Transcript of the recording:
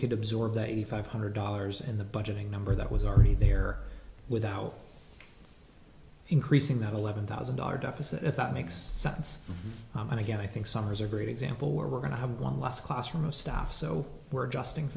could absorb that eighty five hundred dollars in the budgeting number that was already there without increasing that eleven thousand dollar deficit if that makes sense and again i think summers are great example where we're going to have one last classroom of stuff so we're just doing